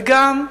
וגם,